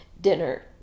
dinner